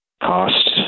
cost